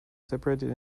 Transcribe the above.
separated